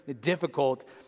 difficult